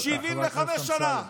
חבר הכנסת אמסלם, 75 שנה